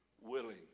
willing